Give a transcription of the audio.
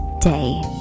day